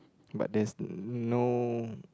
but there's no